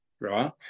right